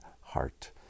heart